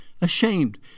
ashamed